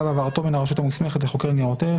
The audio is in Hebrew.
והעברתו מן הרשות המוסמכת לחוקר ניירות ערך),